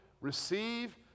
receive